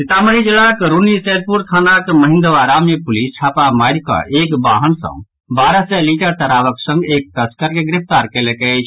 सीतामढ़ी जिलाक रून्नीसैदपुर थानाक महिंदवारा मे पुलिस छापामारि कऽ एक वाहन सँ बारह सय लीटर शराबक संग एक तस्कर के गिरफ्तार कयलक अछि